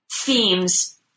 themes